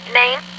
name